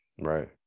Right